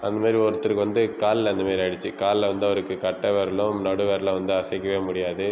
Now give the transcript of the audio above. அந்த மாதிரி ஒருத்தருக்கு வந்து காலில் அந்த மாதிரி ஆகிடுச்சு காலில் வந்து அவருக்கு கட்டை விரலும் நடு விரலும் வந்து அசைக்கவே முடியாது